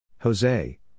Jose